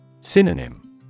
Synonym